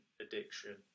addiction